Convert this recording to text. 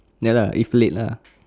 ya lah if late lah